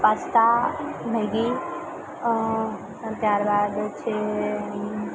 pasta Maggi અને ત્યારબાદ છે